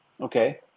okay